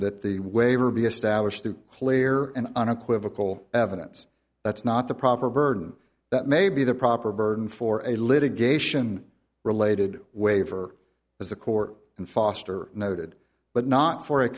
that the waiver be established to clear and unequivocal evidence that's not the proper burden that may be the proper burden for a litigation related waiver as the court and foster noted but not for